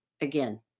again